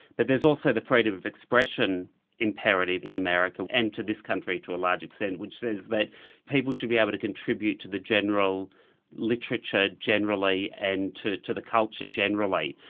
but there's also the freedom of expression imperative in america, and to this country to a large extent, which says that people should be able to contribute to the general literature generally, and to to the culture generally.